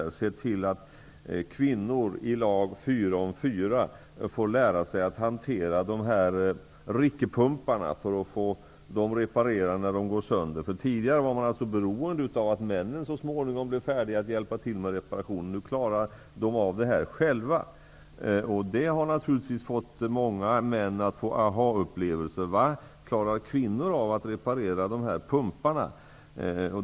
Där har man sett till att kvinnor i lag om fyra har fått lära sig att hantera ett slags pumpar och att kunna reparera dem när de går sönder. Tidigare har de varit beroende av att männen så småningom har hjälpt till med reparationerna. Nu klarar kvinnorna av detta själva. Detta har naturligtvis gett många män ahaupplevelser. ''Va! Kvinnor klarar att reparera dessa pumpar!''